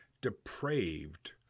depraved